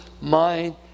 mind